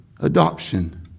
Adoption